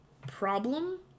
problem